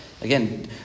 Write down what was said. Again